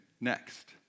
Next